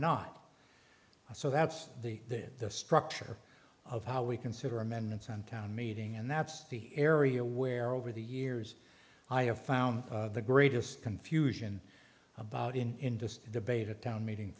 not so that's the this is the structure of how we consider amendments on town meeting and that's the area where over the years i have found of the greatest confusion about in industry debate a town meeting